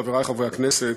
חברי חברי הכנסת,